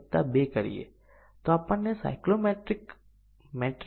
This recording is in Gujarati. અને પછી બાકીના બે છે ચાલો કહીએ સાચું અને ખોટું પકડી રાખીએ